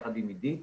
יחד עם עידית,